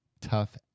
tough